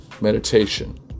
meditation